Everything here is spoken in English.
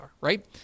right